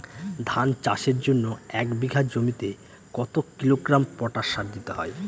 ধান চাষের জন্য এক বিঘা জমিতে কতো কিলোগ্রাম পটাশ সার দিতে হয়?